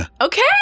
Okay